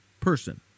person